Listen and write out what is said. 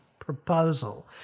proposal